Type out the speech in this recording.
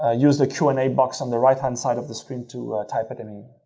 ah use the q and a box on the right hand side of the screen to type it in.